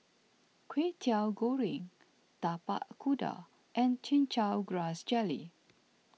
Kwetiau Goreng Tapak Kuda and Chin Chow Grass Jelly